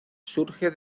surge